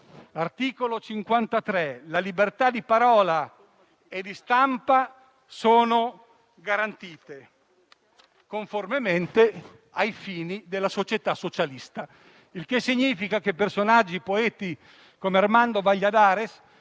Costituzione, le libertà di parola e di stampa sono garantite conformemente ai fini della società socialista. Ciò significa che personaggi e poeti come Armando Valladares